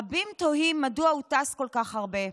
רבים תוהים מדוע הוא טס כל כך הרבה,